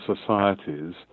societies